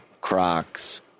Crocs